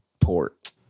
port